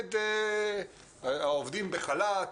העובדים בחל"ת,